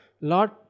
Lord